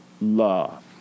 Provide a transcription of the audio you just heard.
love